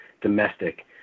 domestic